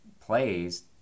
plays